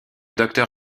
docteur